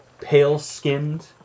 pale-skinned